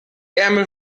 ärmel